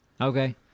Okay